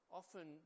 often